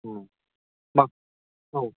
मा